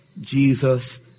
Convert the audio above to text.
Jesus